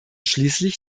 schließlich